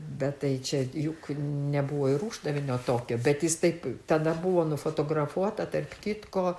bet tai čia juk nebuvo ir uždavinio tokio bet jis taip tada buvo nufotografuota tarp kitko